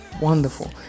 wonderful